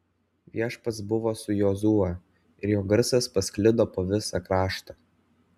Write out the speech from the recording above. viešpats buvo su jozue ir jo garsas pasklido po visą kraštą